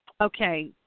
Okay